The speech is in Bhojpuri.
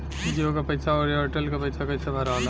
जीओ का पैसा और एयर तेलका पैसा कैसे भराला?